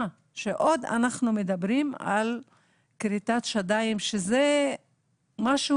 מה עוד שאנחנו מדברים על כריתת שדיים שזה משהו